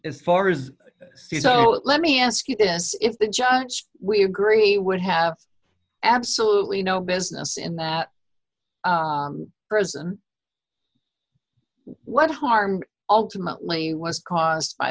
as far as i see so let me ask you this if the judge we agree would have absolutely no business in that prison what harm ultimately was caused by